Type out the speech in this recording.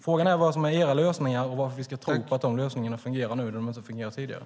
Frågan är vad som är era lösningar och varför vi ska tro på att de lösningarna fungerar nu när de inte har fungerat tidigare.